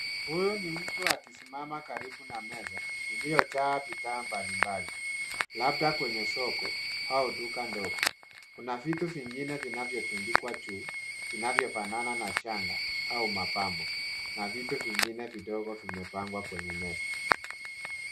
Huyu ni mtu akisimama karibu na meza iliyojaa bidhaa mbalimbali labda kwenye soko au duka ndogo. Kuna vitu vingine vinavyotundikwa juu vinavyofanana na shanga au mapambo na vitu vingine vidogo vimepangwa kwenye meza.